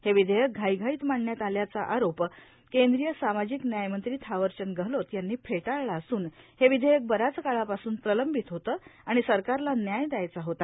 हे विधेयक घाईघाईत मांडण्यात आल्याचा आरोप केंद्रीय सामाजिक न्याय मंत्री थावरचंद गहलोत यांनी फेटाळला असुन हे विधेयक बऱ्याच काळापासुन प्रलंबित होतं आणि सरकारला न्याय दयायचा होता